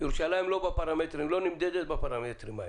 ירושלים לא נמדדת בפרמטרים האלה.